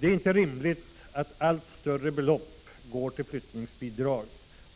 Det är inte rimligt att allt större belopp går till flyttningsbidrag